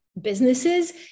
businesses